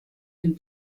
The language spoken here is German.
dem